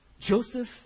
Joseph